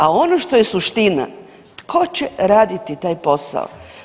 A ono što je suština, tko će raditi taj posao?